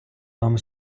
вами